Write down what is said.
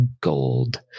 gold